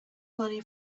money